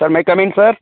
sir may come in sir